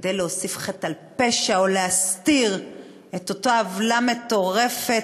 וכדי להוסיף חטא על פשע או להסתיר את אותה עוולה מטורפת,